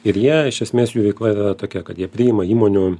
ir jie iš esmės jų veikla yra tokia kad jie priima įmonių